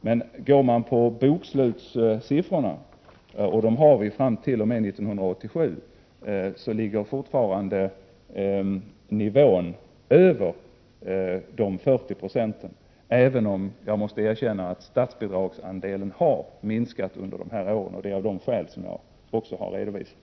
Men går man på bokslutssiffrorna — och de har vi fram t.o.m. 1987 — ligger fortfarande nivån över 40 960, även om jag måste erkänna att statsbidragsandelen har minskat under dessa år. Detta har skett av de skäl jag också har redovisat.